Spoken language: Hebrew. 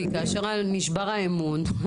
כי כאשר נשבר האמון,